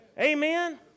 Amen